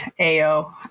Ao